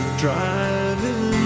driving